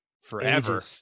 forever